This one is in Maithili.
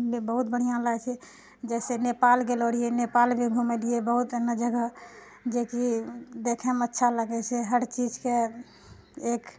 बहुत बढ़िआँ लागै छै जइसे नेपाल गेलऽ रहिए नेपाल भी घुमलिए बहुत एहनो जगह जेकि देखैमे अच्छा लागै छै हर चीजके एक